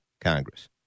Congress